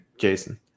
Jason